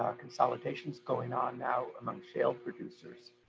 ah consolidations going on now among shale producers.